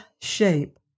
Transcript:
shape